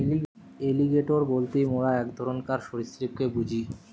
alligator বলতে মোরা এক ধরণকার সরীসৃপকে বুঝি